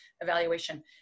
evaluation